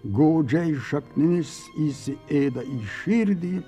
godžiai šaknis įsiėda į širdį